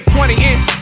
20-inch